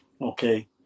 Okay